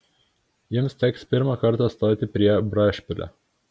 jums teks pirmą kartą stoti prie brašpilio